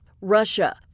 Russia